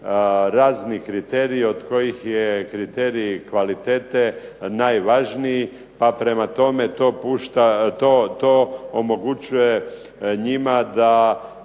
razni kriteriji od kojih je kriterij kvalitete najvažniji pa prema tome to omogućuje njima da